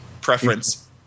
preference